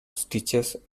stitches